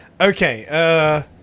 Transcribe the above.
Okay